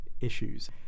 issues